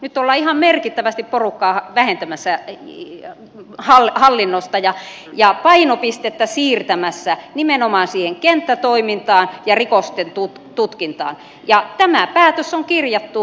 nyt ollaan ihan merkittävästi porukkaa vähentämässä hallinnosta ja painopistettä siirtämässä nimenomaan siihen kenttätoimintaan ja rikosten tutkintaan ja tämä päätös on kirjattu kehyspäätökseen